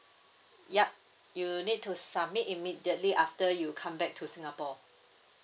yup you need to submit immediately after you come back to singapore